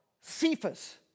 Cephas